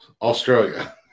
Australia